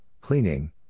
cleaning